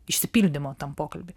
išsipildymo tam pokalby